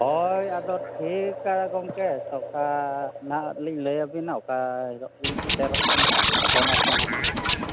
ᱦᱚᱭ ᱟᱫᱚ ᱴᱷᱤᱠᱟ ᱜᱚᱝᱠᱮ ᱛᱚ ᱚᱱᱠᱟ ᱱᱟᱦᱟᱜᱞᱤᱧ ᱞᱟᱹᱭᱟᱵᱤᱱᱟ ᱚᱠᱟ ᱦᱤᱞᱳᱜᱞᱤᱧ ᱥᱮᱴᱮᱨᱚᱜ ᱠᱟᱱᱟ ᱟᱨ ᱱᱚᱛᱮᱦᱟᱸᱜ